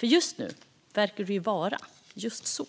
Det verkar ju vara just så.